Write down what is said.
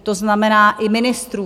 To znamená i ministrů.